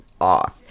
off